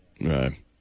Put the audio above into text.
Right